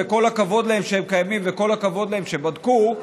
וכל הכבוד להם שהם קיימים וכל הכבוד להם שהם בדקו,